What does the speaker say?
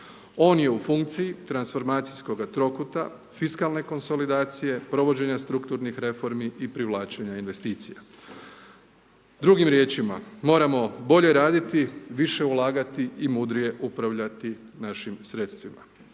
On je u funkciji transformacijskoga trokuta, fiskalne konsolidacije, provođenja strukturnih reformi i privlačenja investicija. Drugim riječima, moramo bolje raditi, više ulagati i mudrije upravljati našim sredstvima.